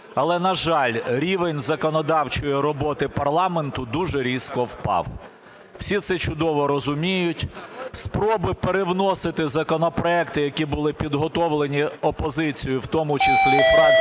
Але, на жаль, рівень законодавчої роботи парламенту дуже різко впав. Всі це чудово розуміють. Спроби перевносити законопроекти, які були підготовлені опозицією, в тому числі і фракцією